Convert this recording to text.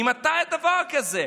מתי היה דבר כזה?